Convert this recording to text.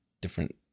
different